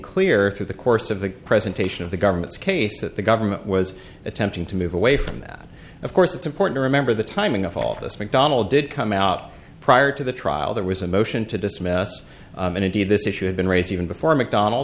clear through the course of the presentation of the government's case that the government was attempting to move away from that of course it's important to remember the timing of all this mcdonald did come out prior to the trial there was a motion to dismiss and indeed this issue had been raised even before mcdonald